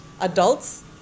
adults